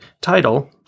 title